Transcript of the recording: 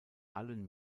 allen